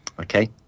Okay